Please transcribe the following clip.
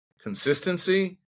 Consistency